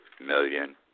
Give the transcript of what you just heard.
million